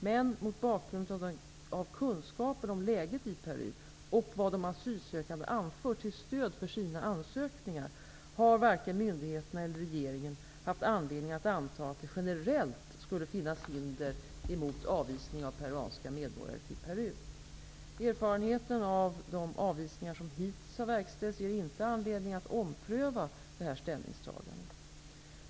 Men mot bakgrund av kunskapen om läget i Peru och vad de asylsökande anfört till stöd för sina ansökningar har varken myndigheterna eller regeringen haft anledning att anta att det generellt skulle finnas hinder mot avvisning av peruanska medborgare till Peru. Erfarenheten av de avvisningar som hittills verkställts ger inte anledning att ompröva det här ställningstagandet.